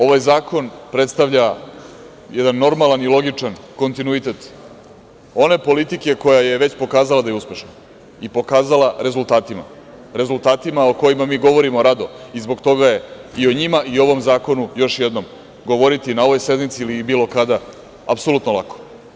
Ovaj zakon predstavlja jedan normalan i logičan kontinuitet one politike koja je već pokazala da je uspešna i pokazala rezultatima, rezultatima o kojima mi govorimo rado, i zbog toga je i o njima i o ovom zakonu još jednom govoriti na ovoj sednici ili bilo kada apsolutno lako.